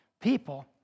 people